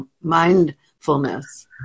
mindfulness